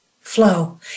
flow